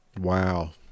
wow